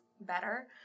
better